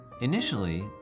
Initially